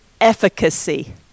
efficacy